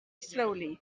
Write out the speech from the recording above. slowly